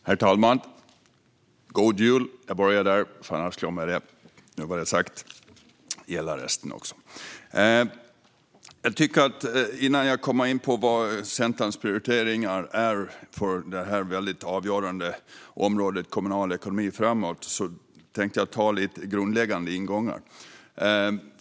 Herr talman! God jul! Jag börjar där, för annars glömmer jag det. Men nu var det sagt, och det gäller resten också. Innan jag kommer in på Centerns prioriteringar framöver på detta avgörande område - kommunal ekonomi - tänkte jag ta lite grundläggande ingångar.